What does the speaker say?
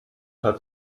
hat